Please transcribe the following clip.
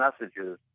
messages